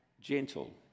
gentle